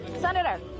Senator